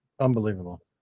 Unbelievable